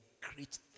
great